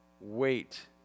wait